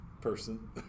person